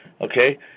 Okay